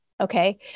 Okay